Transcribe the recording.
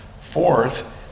fourth